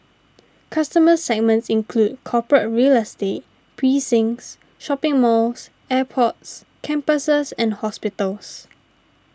customer segments include corporate real estate precincts shopping malls airports campuses and hospitals